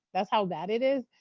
that's how bad it is.